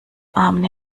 amen